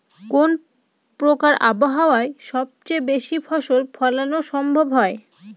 কোন প্রকার আবহাওয়ায় সবচেয়ে বেশি ফসল ফলানো সম্ভব হয়?